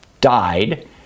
died